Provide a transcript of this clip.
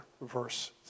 verse